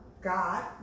God